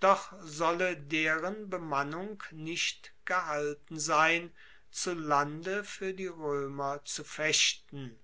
doch solle deren bemannung nicht gehalten sein zu lande fuer die roemer zu fechten